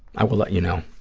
i will let you know.